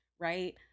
right